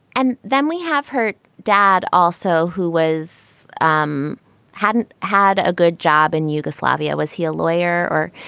and then we have her dad also who was um hadn't had a good job in yugoslavia was he a lawyer or.